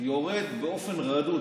יורד באופן רדוד.